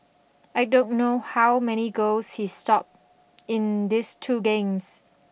I don't know how many goals he stopped in this two games